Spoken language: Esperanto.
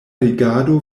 rigardo